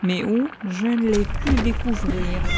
mais où je ne l'ai pu découvrir